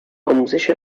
آموزش